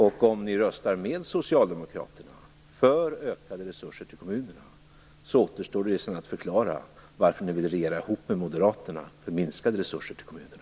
Och om ni röstar med Socialdemokraterna för ökade resurser till kommunerna återstår det sedan att förklara varför ni ville regera ihop med Moderaterna för minskade resurser till kommunerna.